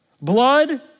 Blood